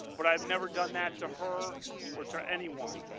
but i have never done that to her or to anyone.